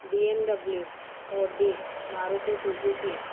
BMW Audi Maruti Suzuki